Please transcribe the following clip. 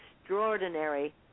extraordinary